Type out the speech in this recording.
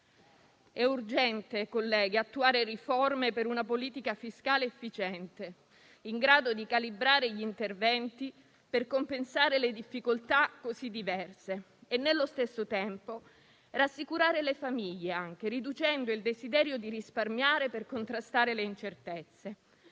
È urgente, colleghi, attuare riforme per una politica fiscale efficiente, in grado di calibrare gli interventi per compensare difficoltà così diverse e, nello stesso tempo, rassicurare le famiglie, riducendo il desiderio di risparmiare per contrastare le incertezze.